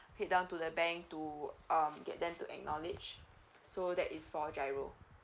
head down to the bank to um get them to acknowledge so that is for giro